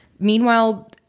Meanwhile